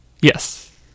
Yes